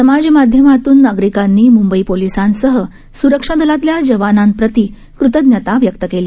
समाजमाध्यमातून नागरिकांनी मुंबई पोलिसांसह स्रक्षा दलातल्या जवानांप्रती कृतज्ञता व्यक्त केली